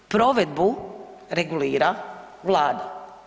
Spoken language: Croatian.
Provedbu regulira Vlada.